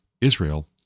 Israel